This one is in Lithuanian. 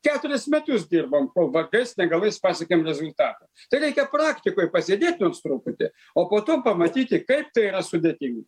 keturis metus dirbom kol vargais negalais pasiekėm rezultatą tai reikia praktikoj pasėdėt nors truputį o po to pamatyti kaip tai yra sudėtinga